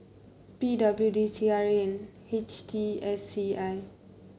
P W D C R A and H T S C I